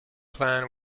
plan